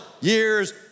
years